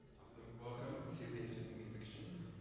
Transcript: awesome. welcome to intersecting convictions.